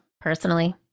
personally